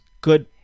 good